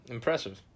Impressive